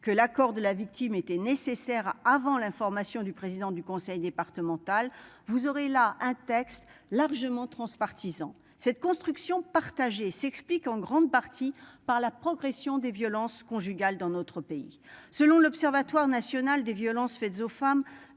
que l'accord de la victime était nécessaire avant l'information du président du conseil départemental, vous aurez la un texte largement transpartisan cette construction partagée s'explique en grande partie par la progression des violences conjugales dans notre pays, selon l'Observatoire national des violences faites aux femmes